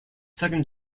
second